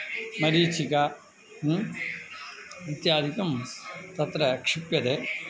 मरीचिका ह्म् इत्यादिकं तत्र क्षिप्यते